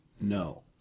No